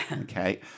Okay